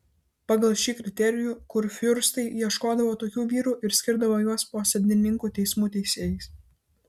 pagal šį kriterijų kurfiurstai ieškodavo tokių vyrų ir skirdavo juos posėdininkų teismų teisėjais